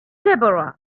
deborah